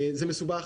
זה מסובך,